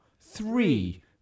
three